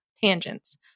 tangents